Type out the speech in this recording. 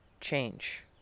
change